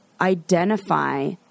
identify